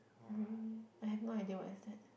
really I have no idea what is that